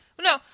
No